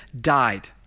died